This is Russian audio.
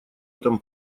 этом